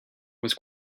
was